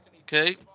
okay